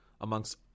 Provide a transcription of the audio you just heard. amongst